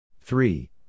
three